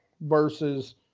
versus